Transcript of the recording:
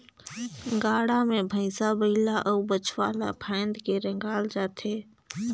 गाड़ा मे भइसा बइला अउ बछवा ल फाएद के रेगाल जाथे